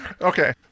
Okay